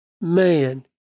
man